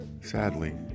Sadly